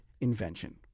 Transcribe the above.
invention